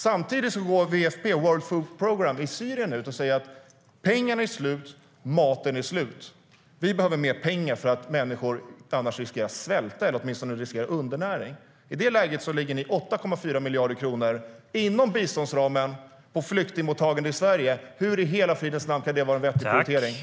Samtidigt går WFP, World Food Programme, i Syrien ut och säger att pengarna är slut, att maten är slut och att de behöver mer pengar eftersom människor annars riskerar att svälta eller åtminstone riskerar undernäring. I det läget lägger ni 8,4 miljarder kronor inom biståndsramen på flyktingmottagande i Sverige. Hur i hela fridens namn kan det vara en vettig prioritering?